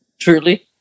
Truly